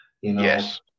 Yes